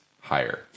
higher